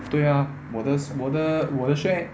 对呀我的我的 share